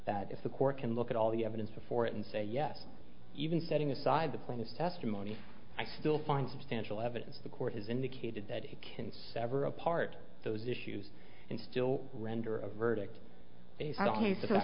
that if the court can look at all the evidence before it and say yes even setting aside the plaintiff's testimony i still find substantial evidence the court has indicated that it can sever apart those issues and still render a verdict